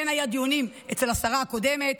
כן היו דיונים אצל השרה הקודמת,